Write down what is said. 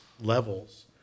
levels